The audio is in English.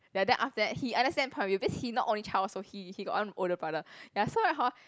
ya then after that he understand part of it cause he not only child also he he got one older brother ya so right hor